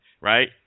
right